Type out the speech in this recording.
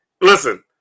Listen